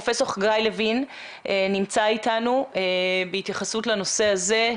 פרופ' חגי לוין נמצא איתנו בהתייחסות לנושא הזה.